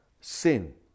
Sin